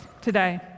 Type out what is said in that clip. today